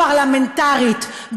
אלימות פרלמנטרית,